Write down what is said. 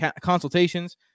consultations